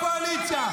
מה קורה עם הקואליציה,